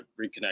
reconnect